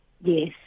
Yes